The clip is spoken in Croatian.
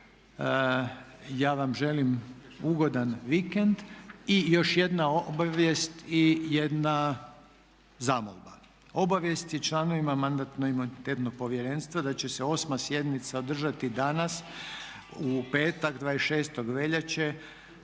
Ja vam želim ugodan vikend. I još jedna obavijest i jedna zamolba. Obavijest je članovima Mandatno-imunitetnog povjerenstva da će se 8. sjednica održati danas u petak 26. veljače